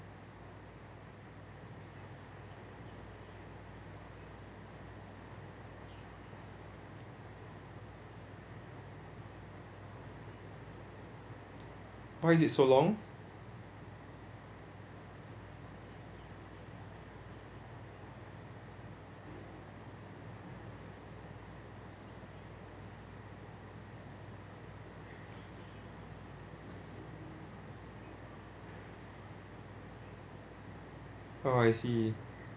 why is it so long oh I see